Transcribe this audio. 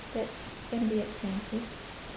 that's gonna be expensive